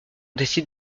décide